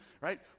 right